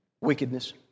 Wickedness